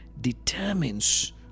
determines